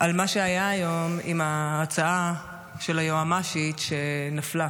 על מה שהיה היום עם ההצעה של היועמ"שית שנפלה.